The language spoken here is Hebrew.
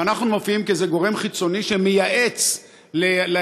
ואנחנו מופיעים כאיזה גורם חיצוני שמייעץ להם